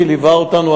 שליווה אותנו,